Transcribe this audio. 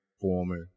former